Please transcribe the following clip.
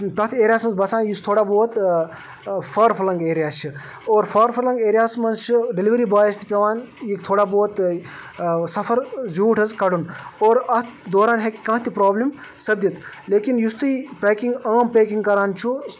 تَتھ ایریَاہس منٛز بَسان یُس تھوڑا بہت فار فٕلنٛگ ایریا چھِ اور فار فٕلںٛگ ایریاہَس منٛز چھِ ڈیلؤری بایَس تہِ پٮ۪وان یہِ تھوڑا بہت سفر زیوٗٹھ حظ کَڑُن اور اَتھ دوران ہیٚکہِ کانٛہہ تہِ پرٛابلِم سپدِتھ لیکن یُس تُہۍ پیکِنٛگ عام پیکِنٛگ کَران چھُو